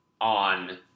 on